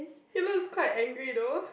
he looks quite angry though